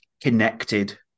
connected